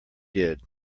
did